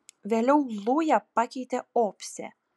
vėliau lują pakeitė opsė